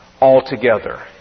altogether